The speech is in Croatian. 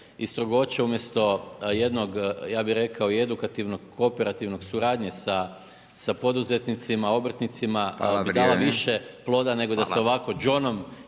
i strogoće umjesto jednog, ja bih rekao i edukativnog kooperativnog suradnje sa poduzetnicima, obrtnicima… .../Upadica Radin: Hvala,